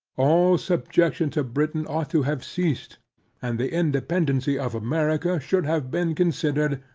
all subjection to britain ought to have ceased and the independancy of america, should have been considered,